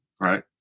right